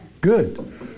Good